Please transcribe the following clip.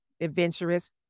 adventurous